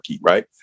right